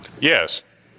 Yes